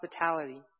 hospitality